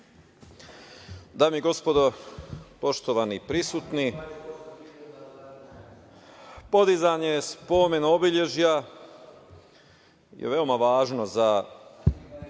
Dame i gospodo, poštovani prisutni, podizanje spomen obeležja je veoma važno za